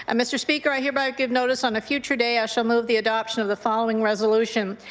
and mr. speaker, i here by give notice on a future day i shall move the adoption of the following resolution.